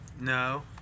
No